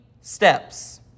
steps